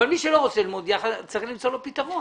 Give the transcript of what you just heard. אבל מי שלא רוצה ללמוד ביחד, צריך למצוא לו פתרון